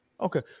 Okay